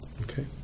Okay